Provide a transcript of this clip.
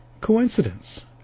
coincidence